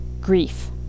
grief